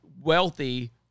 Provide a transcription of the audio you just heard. wealthy